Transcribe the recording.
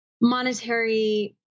monetary